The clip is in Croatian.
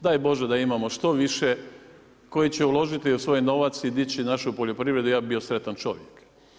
Daj Bože da imamo što više koji će uložiti svoj novac i dići našu poljoprivredu, ja bih bio sretan čovjek.